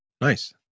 Nice